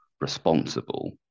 responsible